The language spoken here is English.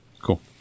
Cool